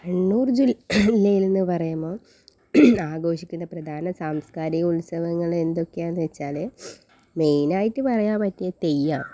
കണ്ണൂർ ജില്ല ജില്ലയിൽ എന്ന് പറയുമ്പോൾ ആഘോഷിക്കുന്ന പ്രധാന സാംസ്കാരിക ഉത്സവങ്ങൾ എന്തൊക്കെയാന്ന് വെച്ചാൽ മെയിനായിട്ട് പറയാൻ പറ്റിയത് തെയ്യാണ്